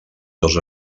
dos